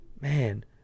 Man